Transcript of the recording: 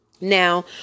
Now